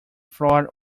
floor